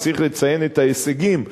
וצריך לציין את ההישגים,